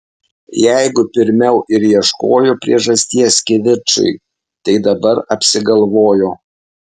jeigu pirmiau ir ieškojo priežasties kivirčui tai dabar apsigalvojo